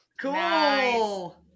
Cool